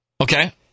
okay